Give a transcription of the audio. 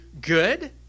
good